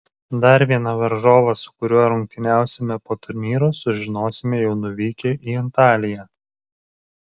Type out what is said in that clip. dar vieną varžovą su kuriuo rungtyniausime po turnyro sužinosime jau nuvykę į antaliją